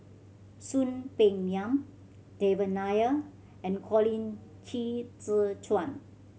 Soon Peng Yam Devan Nair and Colin Qi Zhe Quan